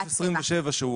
סעיף 27,